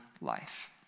life